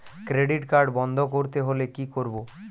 Credit card বন্ধ করতে হলে কি করব?